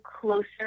closer